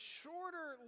shorter